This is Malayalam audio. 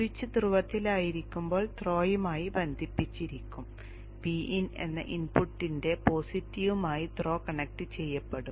സ്വിച്ച് ധ്രുവത്തിലായിരിക്കുമ്പോൾ ത്രോയുമായി ബന്ധിപ്പിച്ചിരിക്കും Vin എന്ന ഇൻപുട്ടിന്റെ പോസിറ്റീവുമായി ത്രോ കണക്ട് ചെയ്യപ്പെടും